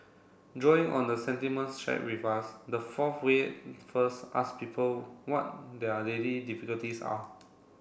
drawing on the sentiments shared with us this fourth way first ask people what their daily difficulties are